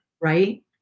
right